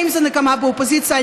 האם זה נקמה באופוזיציה,